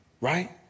Right